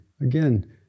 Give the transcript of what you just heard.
Again